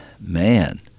Man